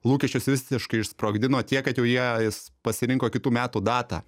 lūkesčius visiškai išsprogdino tiek kad jau jie s pasirinko kitų metų datą